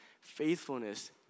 faithfulness